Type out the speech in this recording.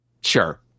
Sure